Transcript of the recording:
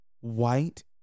white